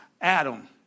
Adam